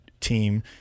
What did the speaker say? team